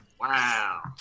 Wow